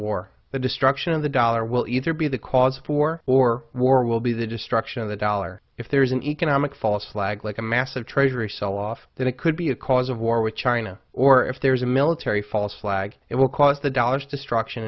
war the destruction of the dollar will either be the cause for or war will be the destruction of the dollar if there is an economic fall a slag like a massive treasury selloff that it could be a cause of war with china or if there is a military false flag it will cause the dollars destruction